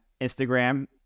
instagram